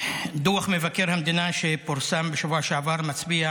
דוח מבקר המדינה שפורסם בשבוע שעבר מצביע